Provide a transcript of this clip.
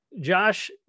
Josh